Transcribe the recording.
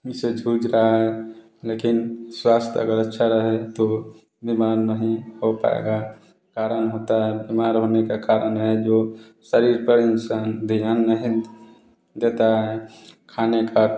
से जूझ रहा है लेकिन स्वास्थ्य अगर अच्छा रहे तो बीमार नही पड़ पाएगा कारण होता है बीमार होने का कारण है जो शरीर पर इंसान ध्यान नहीं देता है खाने का